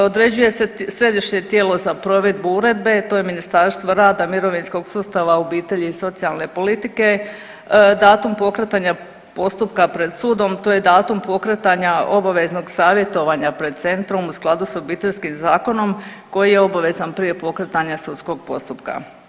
Određuje se središnje tijelo za provedbu Uredbu, to je Ministarstvo rada i mirovinskog sustava, obitelji i socijalne politike, datum pokretanja postupka pred sudom, to je datum pokretanja obaveznog savjetovanja pred Centrom u skladu sa Obiteljskim zakonom koji je obavezan prije pokretanja sudskog postupka.